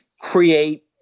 create